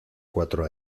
cuatro